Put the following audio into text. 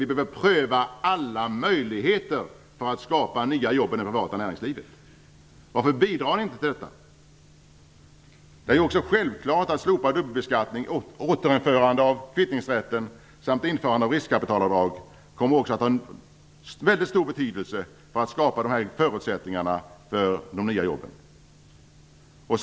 Vi behöver pröva alla möjligheter att skapa nya jobb i det privata näringslivet. Varför bidrar ni inte till detta? Det är självklart att slopad dubbelbeskattning, återinförande av kvittningsrätten samt införande av riskkapitalavdrag också kommer att ha en mycket stor betydelse för att skapa förutsättningar för de nya jobben. Fru talman!